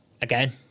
again